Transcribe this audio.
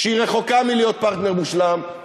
והיא רחוקה מלהיות פרטנר מושלם,